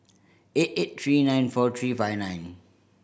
eight eight three nine four three five nine